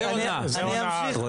זה הונאה, זה לא פרקטיקה.